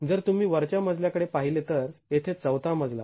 जर तुम्ही वरच्या मजल्या कडे पाहिले तर येथे चौथा मजला